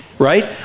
right